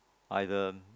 either